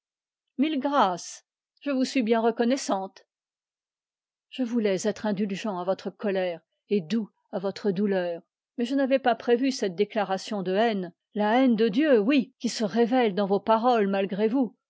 je vous suis bien reconnaissante je voulais être doux à votre douleur mais je n'avais pas prévu cette déclaration de haine la haine de dieu qui se révèle dans vos paroles malgré vous